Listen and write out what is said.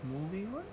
moving on